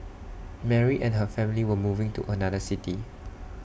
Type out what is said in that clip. Mary and her family were moving to another city